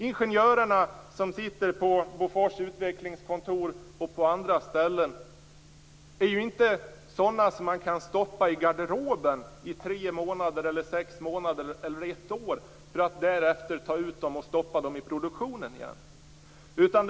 Ingenjörerna som sitter på Bofors utvecklingskontor och på andra ställen är ju inte sådana som man kan stoppa i garderoben i tre månader, sex månader eller ett år för att därefter ta ut dem och stoppa in dem i produktionen igen.